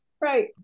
Right